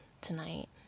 tonight